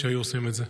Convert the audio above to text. שהייתה עושה את זה.